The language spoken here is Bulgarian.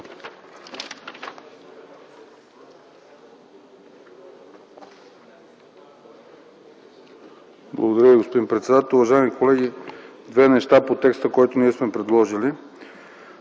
Благодаря Ви, господин председател. Уважаеми колеги, две неща по текста, който сме предложили.